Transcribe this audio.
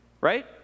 right